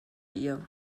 ihr